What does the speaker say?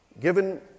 given